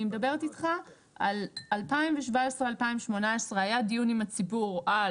אני מדברת איתך על 2017-2018. היה דיון עם הציבור על